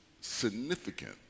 significant